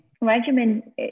regimen